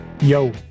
Yo